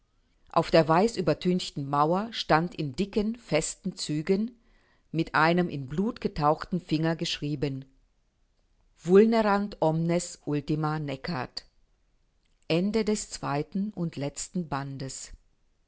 auf der weißübertünchten mauer stand in dicken festen zügen mit einem in blut getauchten finger geschrieben vulnerant omnes ultima necat ende des zweiten und letzten bandes